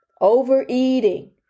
overeating